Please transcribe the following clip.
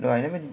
no I never